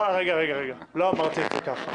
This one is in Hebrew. רגע, רגע, רגע, לא אמרתי את זה ככה.